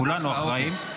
כולנו אחראים.